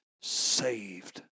saved